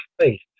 faith